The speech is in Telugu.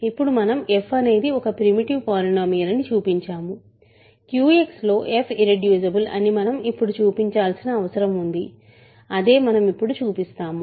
ఇప్పుడు మనం f అనేది ఒక ప్రీమిటివ్ పాలినోమియల్ అని చూపించాము QX లో f ఇర్రెడ్యూసిబుల్ అని మనం ఇప్పుడు చూపించాల్సిన అవసరం ఉంది అదే మనం ఇప్పుడు చూపిస్తాము